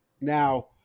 Now